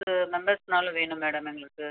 மெம்பர்ஸ்னாலும் வேணும் மேடம் எங்களுக்கு